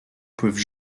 peuvent